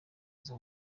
aza